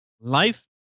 life